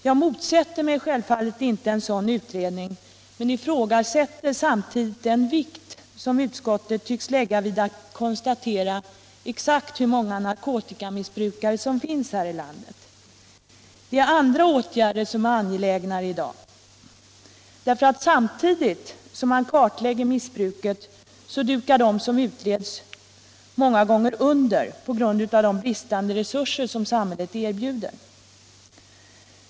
Jag motsätter mig självfallet inte en sådan utredning men ifrågasätter den vikt som utskottet tycks lägga vid att konstatera exakt hur många narkotikamissbrukare som finns här i landet. Det är andra åtgärder som är angelägnare i dag. Samtidigt som man kartlägger missbruket dukar många av dem som utreds under på grund av att de resurser samhället i dag erbjuder är otillräckliga.